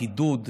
חידוד,